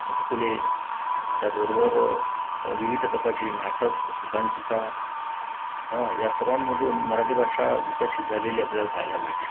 चुटकुले त्याचबरोबर विविध प्रकारची नाटक एकांकिका या सर्वांमधून मराठी भाषा विकसित झालेली आपल्याला पाहायला मिळते